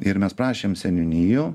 ir mes prašėm seniūnijų